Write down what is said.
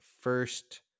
first